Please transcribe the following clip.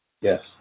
Yes